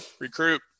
recruit